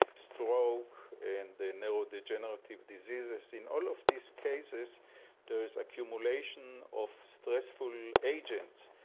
stroke and the neurodegenerative diseases, in all of these cases there is accumulation of stressful agents.